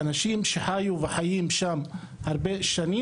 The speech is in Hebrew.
אנשים שחיו וחיים שם שנים רבות.